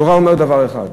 התורה אומרת דבר אחד: